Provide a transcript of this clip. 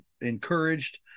encouraged